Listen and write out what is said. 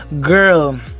Girl